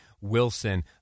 Wilson